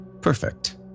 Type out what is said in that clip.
Perfect